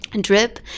drip